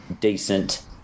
decent